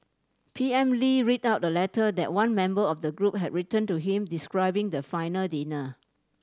P M Lee read out the letter that one member of the group had written to him describing the final dinner